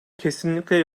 kesinlikle